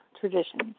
traditions